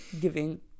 giving